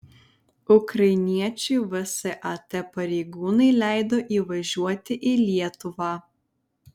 ukrainiečiui vsat pareigūnai leido įvažiuoti į lietuvą